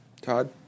Todd